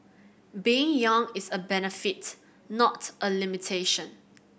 being young is a benefit not a limitation